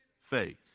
faith